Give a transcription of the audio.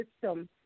system